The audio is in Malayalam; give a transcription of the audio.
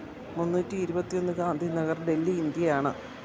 മുന്നൂറ്റി ഇരുപത്തി ഒന്ന് ഗാന്ധിനഗർ ഡൽഹി ഇന്ത്യ ആണ്